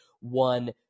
one